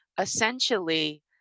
essentially